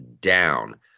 down